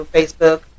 Facebook